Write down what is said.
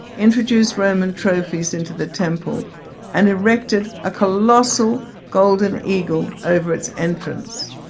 introduced roman trophies into the temple and erected a colossal golden eagle over its entrance.